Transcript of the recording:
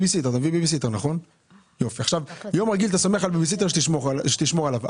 ביום רגיל אתה סומך על בייביסיטר שתשמור עליו.